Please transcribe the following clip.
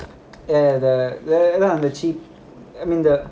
ya ya the the the cheap I mean the